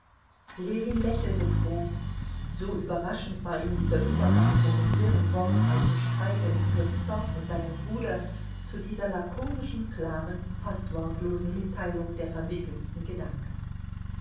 ljewin lächelte froh so überraschend war ihm dieser übergang von dem wirren wortreichen streite mit peszow und seinem bruder zu dieser lakonischen klaren fast wortlosen mitteilung der verwickeltesten gedanken